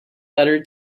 letter